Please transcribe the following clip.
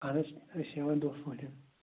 اَہَن حظ أسۍ چھِ ہٮ۪وان دۄہ پٲٹھۍ